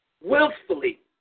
willfully